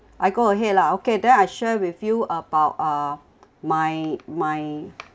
I go ahead lah okay then I share with you about uh my my